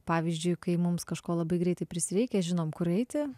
pavyzdžiui kai mums kažko labai greitai prisireikia žinom kur eiti